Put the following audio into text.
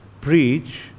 preach